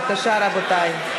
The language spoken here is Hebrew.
בבקשה, רבותי.